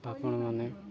ଆପଣମାନେ